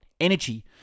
Energy